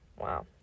Wow